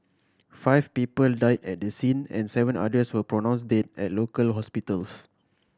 five people died at the scene and seven others were pronounced dead at local hospitals